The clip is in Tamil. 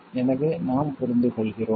எனவே நாம் புரிந்துகொள்கிறோம்